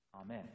amen